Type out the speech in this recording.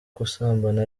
gusambana